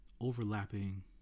overlapping